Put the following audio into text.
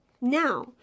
now